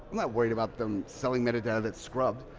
like worried about them selling metadata that's scrubbed.